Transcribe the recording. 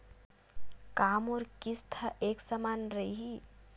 का मोर किस्त ह एक समान रही?